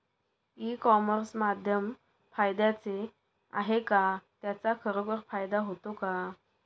E commerce माध्यम फायद्याचे आहे का? त्याचा खरोखर फायदा होतो का?